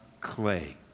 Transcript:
clay